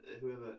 whoever